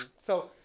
so,